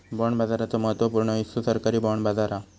bond बाजाराचो महत्त्व पूर्ण हिस्सो सरकारी बाँड बाजार हा